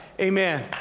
Amen